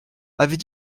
avait